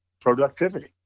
productivity